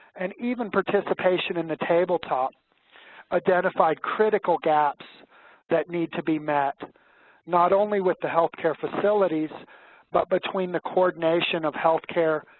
and even participation in the tabletop identified critical gaps that need to be met not only with the healthcare facilities but between the coordination of healthcare,